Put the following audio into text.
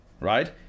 right